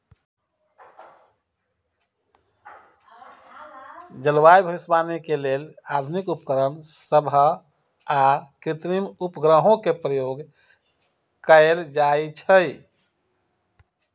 जलवायु भविष्यवाणी के लेल आधुनिक उपकरण सभ आऽ कृत्रिम उपग्रहों के प्रयोग कएल जाइ छइ